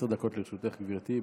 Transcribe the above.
עשר דקות לרשותך, גברתי.